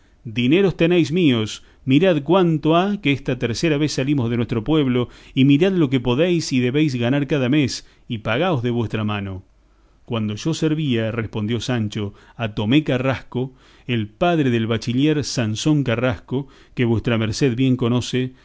dineros tenéis míos mirad cuánto ha que esta tercera vez salimos de nuestro pueblo y mirad lo que podéis y debéis ganar cada mes y pagaos de vuestra mano cuando yo servía respondió sancho a tomé carrasco el padre del bachiller sansón carrasco que vuestra merced bien conoce